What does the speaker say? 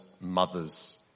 mother's